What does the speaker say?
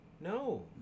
No